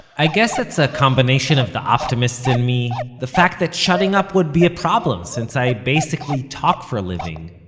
i guess it's a combination of the optimist in me, the fact that shutting up would be a problem, since i basically talk for a living,